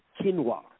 quinoa